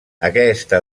aquesta